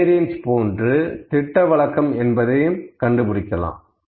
variance போன்று திட்டவிலக்கம் என்பதையும் கண்டுபிடிக்கலாம்